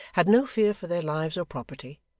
had no fear for their lives or property,